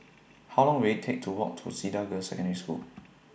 How Long Will IT Take to Walk to Cedar Girls' Secondary School